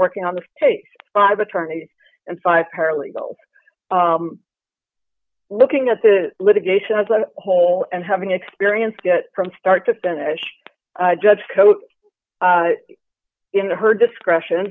working on the case of attorneys and five paralegal looking at the litigation as an whole and having experienced from start to finish judge coat in her discretion